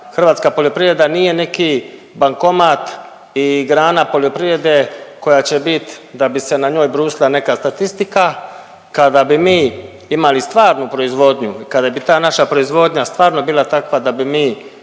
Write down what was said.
hrvatska poljoprivreda nije neki bankomat i grana poljoprivrede koja će bit da bi se na njoj brusila neka statistika. Kada bi mi imali stvarnu proizvodnju i kada bi ta naša proizvodnja stvarno bila takva da bi mi